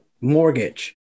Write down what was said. mortgage